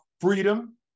freedom